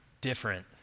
different